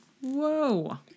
Whoa